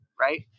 Right